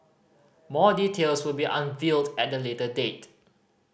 more details will be unveiled at a later date